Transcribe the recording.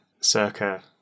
Circa